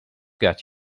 got